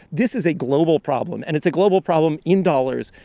this is a global problem. and it's a global problem in dollars.